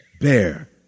bear